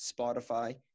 Spotify